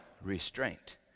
restraint